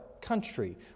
country